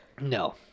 No